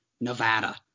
Nevada